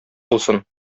булсын